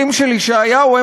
היא פנייה אליכם.